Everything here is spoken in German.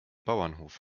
bauernhof